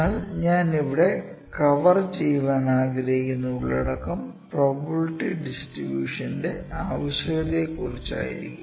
എന്നാൽ ഞാൻ ഇവിടെ കവർ ചെയ്യാൻ ആഗ്രഹിക്കുന്ന ഉള്ളടക്കം പ്രോബബിലിറ്റി ഡിസ്ട്രിബ്യൂഷന്റെ ആവശ്യകതയെ കുറിച്ച് ആയിരിക്കും